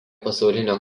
pasaulinio